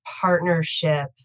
partnership